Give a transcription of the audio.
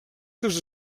seus